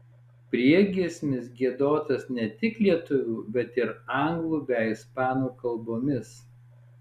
priegiesmis giedotas ne tik lietuvių bet ir anglų bei ispanų kalbomis